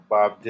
Bob